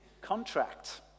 contract